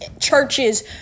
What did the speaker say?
churches